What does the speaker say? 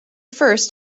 first